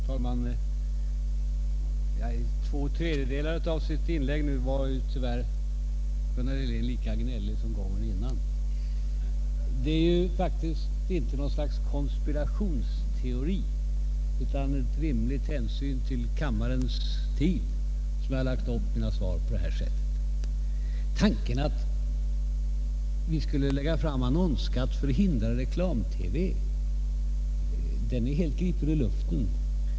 Herr talman! Under två tredjedelar av sitt inlägg nu var tyvärr Gunnar Helén lika gnällig som gången före. Det är faktiskt inte i något slags konspiration utan av rimlig hänsyn till kammarens tid som jag har lagt upp mina svar på det här sättet. Tanken att vi skulle föreslå annonsskatt för att hindra reklam-TV är helt gripen ur luften.